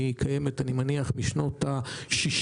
אני מניח שהיא קיימת משנות ה-60,